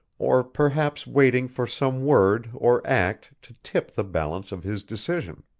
or perhaps waiting for some word or act to tip the balance of his decision.